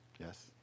Yes